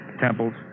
temples